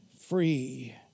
free